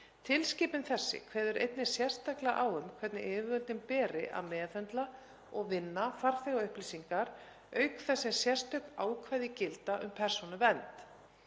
Tilskipun þessi kveður einnig sérstaklega á um hvernig yfirvöldum beri að meðhöndla og vinna farþegaupplýsingar auk þess sem sérstök ákvæði gilda um persónuvernd.